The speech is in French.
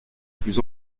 plus